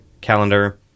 calendar